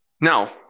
Now